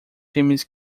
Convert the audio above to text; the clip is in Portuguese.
filmes